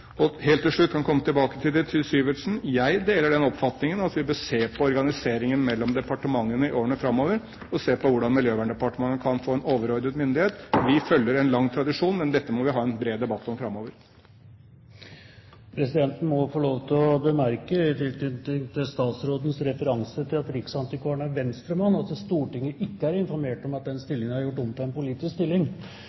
Helt til slutt, vi kan komme tilbake til det, til Syversen: Jeg deler den oppfatningen at vi bør se på organiseringen mellom departementene i årene framover, og se på hvordan Miljøverndepartementet kan få en overordnet myndighet. Vi følger en lang tradisjon, men dette må vi ha en bred debatt om framover. Presidenten må få lov til å bemerke i tilknytning til statsrådens referanse til at riksantikvaren er Venstre-mann, at Stortinget ikke er informert om at den